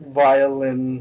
violin